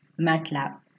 MATLAB